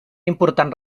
important